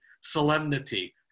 solemnity